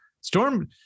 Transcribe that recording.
storm